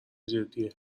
جدیه